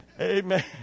Amen